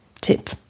tip